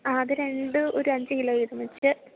ആ അത് രണ്ടും ഒരു അഞ്ചു കിലോ വീതം വെച്ച്